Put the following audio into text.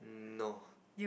no